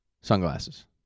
Sunglasses